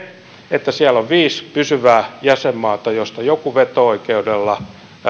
että siellä on viisi pysyvää jäsenmaata joista joku veto oikeudella